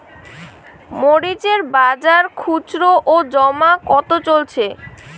মরিচ এর বাজার খুচরো ও জমা কত চলছে?